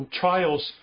trials